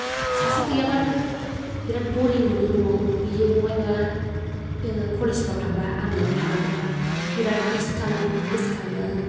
सासे गैयाबानो बिराद बरिं मोनो न'आव बियो बहायबा कलेज फ्राव थांबा आं न'आव थालांदोंबा बिराद मिस खालामो गोसोखाङो